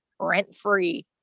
rent-free